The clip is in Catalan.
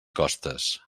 costes